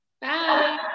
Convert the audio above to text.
Bye